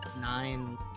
nine